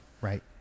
Right